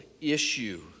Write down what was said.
issue